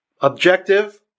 objective